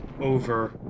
over